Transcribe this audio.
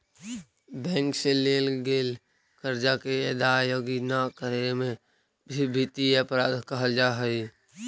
bank से लेल गेल कर्जा के अदायगी न करे में भी वित्तीय अपराध कहल जा हई